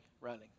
running